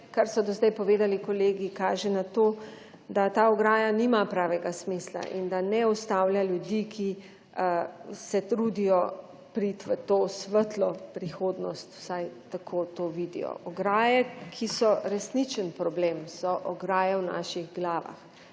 kar so do zdaj povedali kolegi, kaže na to, da ta ograja nima pravega smisla in da ne ustavlja ljudi, ki se trudijo priti v to svetlo prihodnost, vsaj tako to vidijo. Ograje, ki so resničen problem, so ograje v naših glavah,